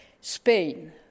Spain